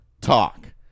talk